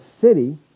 city